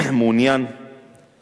מעוניינים